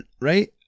right